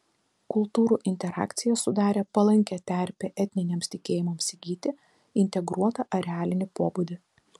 kultūrų interakcija sudarė palankią terpę etniniams tikėjimams įgyti integruotą arealinį pobūdį